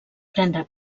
prendre